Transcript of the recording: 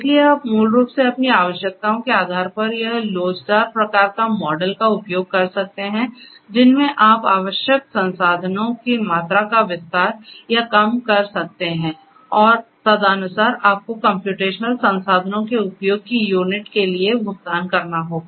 इसलिए आप मूल रूप से अपनी आवश्यकताओं के आधार पर यह लोचदार प्रकार का मॉडल का उपयोग कर सकते हैं जिनमें आप आवश्यक संसाधनों की मात्रा का विस्तार या कम कर सकते हैं और तदनुसार आपको कम्प्यूटेशनल संसाधनों के उपयोग की यूनिट के लिए भुगतान करना होगा